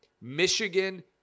Michigan